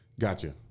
Gotcha